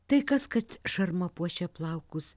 tai kas kad šarma puošia plaukus